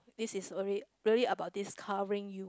this is a rea~ really about discovering you